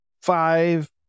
five